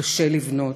קשה לבנות.